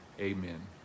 amen